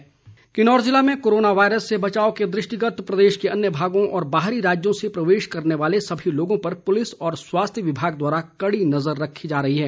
किन्नौर सुरक्षा किन्नौर जिले में कोरोना वायरस से बचाव के दृष्टिगत प्रदेश के अन्य भागों व बाहरी राज्यों से प्रवेश करने वाले सभी लोगों पर पुलिस व स्वास्थ्य विभाग द्वारा कड़ी नजर रखी जा रही है